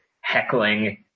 heckling